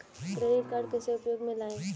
Credit card कैसे उपयोग में लाएँ?